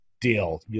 deal